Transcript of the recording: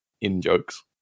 in-jokes